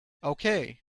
okay